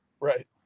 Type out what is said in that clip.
Right